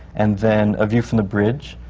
and then a view from the bridge,